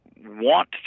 want